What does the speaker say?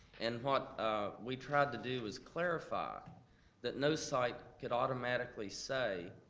and what we tried to do is clarify that no site could automatically say,